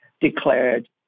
declared